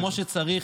כמו שצריך,